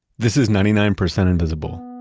this is ninety nine percent invisible.